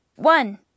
One